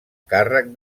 càrrec